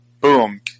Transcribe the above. Boom